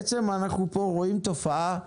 בעצם אנחנו רואים פה תופעה,